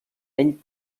ell